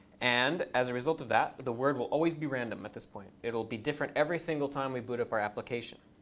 and as a result of that, the word will always be random at this point. it'll be different every single time we boot up our application.